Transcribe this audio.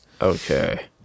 Okay